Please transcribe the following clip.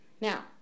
now